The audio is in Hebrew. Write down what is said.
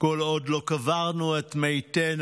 כל עוד לא קברנו את מתינו,